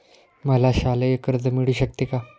मला शालेय कर्ज मिळू शकते का?